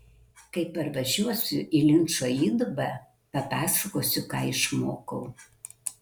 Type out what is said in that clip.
kai parvažiuosiu į linčo įdubą papasakosiu ką išmokau